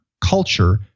culture